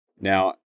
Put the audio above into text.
Now